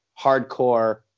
hardcore